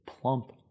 plump